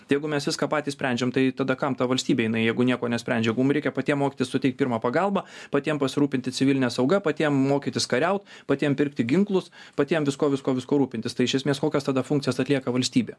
tai jeigu mes viską patys sprendžiam tai tada kam ta valstybė jinai jeigu nieko nesprendžia jeigu mum reikia patiem mokytis suteikt pirmą pagalbą patiem pasirūpinti civiline sauga patiem mokytis kariaut patiem pirkti ginklus patiem viskuo viskuo viskuo rūpintis tai iš esmės kokias tada funkcijas atlieka valstybė